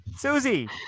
Susie